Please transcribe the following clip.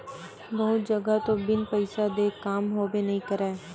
बहुत जघा तो बिन पइसा देय काम होबे नइ करय